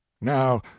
now